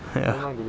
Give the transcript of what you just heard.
ya